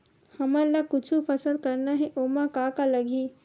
हमन ला कुछु फसल करना हे ओमा का का लगही?